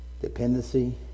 dependency